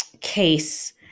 case